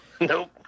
nope